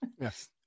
Yes